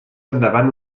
endavant